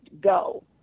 go